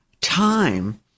time